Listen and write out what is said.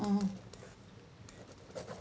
mm